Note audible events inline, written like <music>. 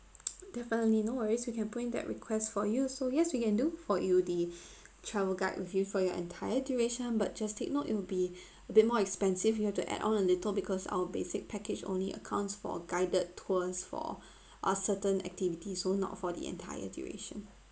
<noise> definitely no worries we can put in that requests for you so yes we can do for you the <breath> travel guide with you for your entire duration but just take note it'll be <breath> a bit more expensive you have to add on a little because our basic package only accounts for guided tours for <breath> uh certain activity so not for the entire duration